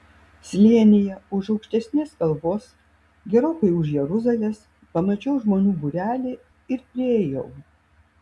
slėnyje už aukštesnės kalvos gerokai už jeruzalės pamačiau žmonių būrelį ir priėjau